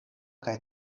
kaj